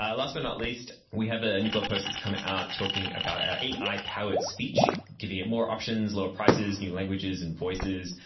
um last but not least, we have a new blog post that's coming out, talking about our ai-powered speech giving it more options, lower prices, new languages and voices.